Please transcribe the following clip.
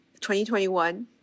2021